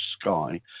sky